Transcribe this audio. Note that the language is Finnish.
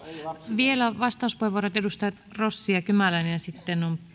vielä vastauspuheenvuorot edustajat rossi ja kymäläinen ja sitten on